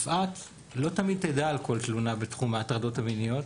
יפעת לא תמיד תדע על כל תלונה בתחום ההטרדות המיניות,